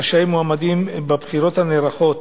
רשאים מועמדים בבחירות הנערכות